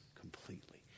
completely